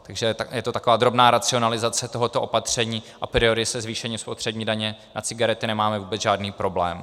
Takže je to taková drobná racionalizace tohoto opatření, a priori se zvýšením spotřební daně na cigarety nemáme vůbec žádný problém.